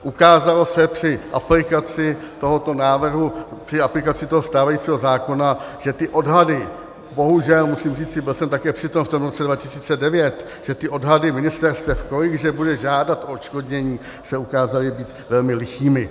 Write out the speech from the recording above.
Ukázalo se při aplikaci tohoto návrhu, při aplikaci toho stávajícího zákona, že ty odhady, bohužel musím říci, byl jsem také při tom v roce 2009, že ty odhady ministerstev, kolik že bude žádat o odškodnění, se ukázaly být velmi lichými.